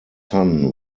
son